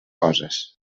coses